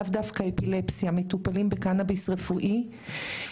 לאו דווקא אפילפסיה המטופלים בקנביס רפואי,